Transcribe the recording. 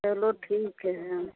चलो ठीक है